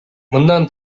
мындан